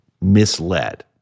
misled